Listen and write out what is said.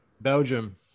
Belgium